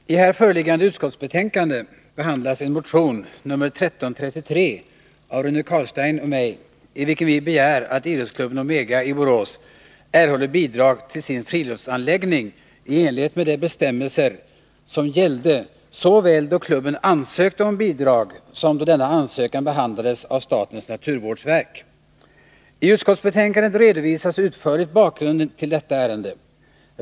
Herr talman! I här föreliggande utskottsbetänkande behandlas en motion, nr 1333, av Rune Carlstein och mig, i vilken vi begär att Idrottsklubben Omega i Borås erhåller bidrag till sin friluftsanläggning i enlighet med de bestämmelser som gällde såväl då klubben ansökt om bidrag som då denna ansökan behandlades av statens naturvårdsverk. I utskottsbetänkandet redovisas utförligt bakgrunden till detta ärende.